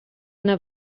yna